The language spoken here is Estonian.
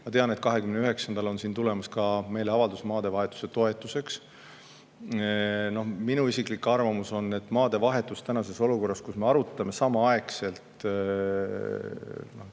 Ma tean, et 29. [mail] on siin tulemas ka meeleavaldus maadevahetuse toetuseks. Minu isiklik arvamus on, et maadevahetus olukorras, kus me arutame samaaegselt